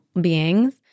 beings